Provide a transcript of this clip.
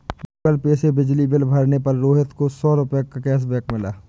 Google Pay से बिजली bill भरने पर रोहित को सौ रूपए का कैशबैक मिला